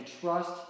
trust